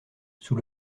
sous